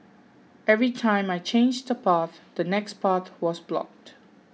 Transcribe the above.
every time I changed a path the next path was blocked